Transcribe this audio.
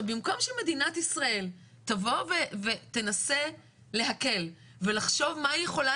במקום שמדינת ישראל תבוא ותנסה להקל ולחשוב מה היא יכולה